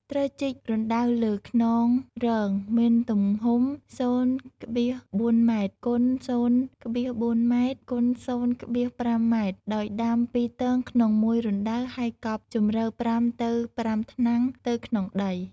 ត្រូវជីករណ្តៅលើខ្នងរងមានទំហំ ០,៤ម x ០,៤ម x ០,៥ម ដោយដាំ ២ទងក្នុង១រណ្តៅ ហើយកប់ជម្រៅ ៤ទៅ៥ថ្នាំង ទៅក្នុងដី។